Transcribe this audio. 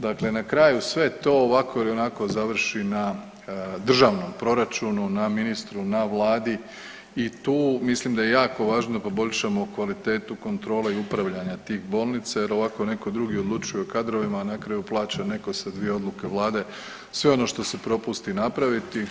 Dakle, na kraju sve to ovako ili onako završi na državnom proračunu na ministru na vladi i tu mislim da je jako važno da poboljšamo kvalitetu kontrole i upravljanja tih bolnica jer ovako neko drugi odlučuje o kadrovima, a na kraju plaća neko sa dvije odluke vlade sve ono što se propusti napraviti.